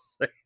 say